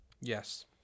Yes